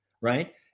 Right